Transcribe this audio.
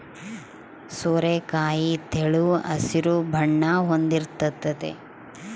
ಸೋರೆಕಾಯಿ ತೆಳು ಹಸಿರು ಬಣ್ಣ ಹೊಂದಿರ್ತತೆ